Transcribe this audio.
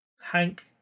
Hank